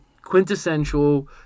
quintessential